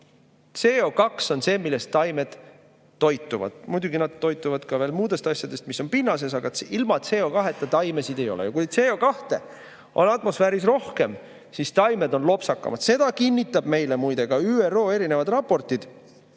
CO2on see, millest taimed toituvad. Muidugi nad toituvad ka veel muudest asjadest, mis on pinnases, aga ilma CO2-tataimesid ei oleks. Ja kui CO2on atmosfääris rohkem, siis taimed on lopsakamad. Seda kinnitavad meile muide ka ÜRO raportid,